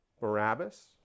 barabbas